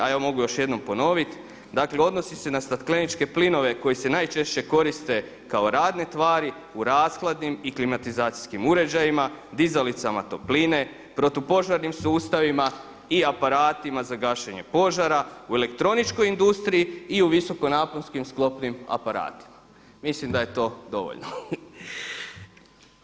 A evo mogu još jednom ponoviti, dakle odnosi se na stakleničke plinove koji se najčešće koriste kao radne tvari u rashladnim i klimatizacijskim uređajima, dizalicama topline, protupožarnim sustavima i aparatima za gašenje požara, u elektroničkoj industriji i u visokonaponskim sklopnim aparatima, mislim da je to dovoljno.